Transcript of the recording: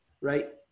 right